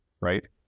right